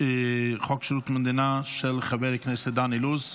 שירות המדינה של חבר הכנסת דן אילוז.